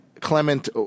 Clement